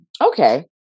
Okay